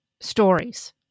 stories